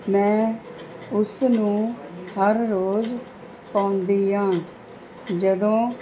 ਮੈਂ ਉਸ ਨੂੰ ਹਰ ਰੋਜ਼ ਪਾਉਂਦੀ ਹਾਂ ਜਦੋਂ